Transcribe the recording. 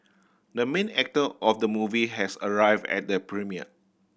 the main actor of the movie has arrived at the premiere